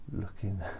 looking